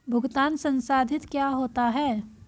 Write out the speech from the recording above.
भुगतान संसाधित क्या होता है?